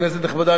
כנסת נכבדה,